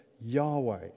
Yahweh